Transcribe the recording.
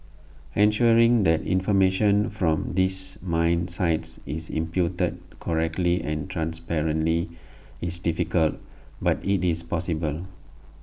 ensuring that information from these mine sites is inputted correctly and transparently is difficult but IT is possible